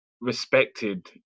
respected